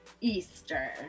Easter